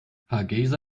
hargeysa